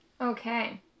Okay